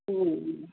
ह्म्